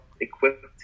equipped